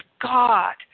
God